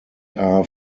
are